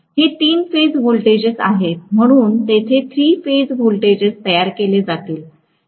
हे तीन phase voltages आहेत म्हणून तेथे थ्री फेज व्होल्टेजेजेस तयार केले जातील